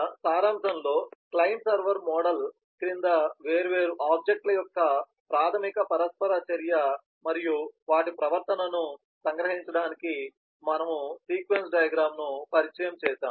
సారాంశంలో client server model క్రింద వేర్వేరు ఆబ్జెక్ట్ ల యొక్క ప్రాథమిక పరస్పర చర్య మరియు వాటి ప్రవర్తనను సంగ్రహించడానికి మనము సీక్వెన్స్ డయాగ్రమ్ ను పరిచయం చేసాము